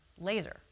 laser